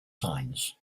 signs